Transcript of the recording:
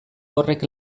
horrek